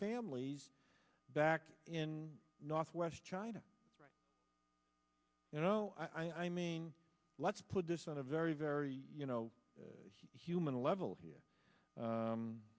families back in northwest china you know i mean let's put this on a very very you know human level here